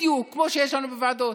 בדיוק כמו שיש לנו בוועדות,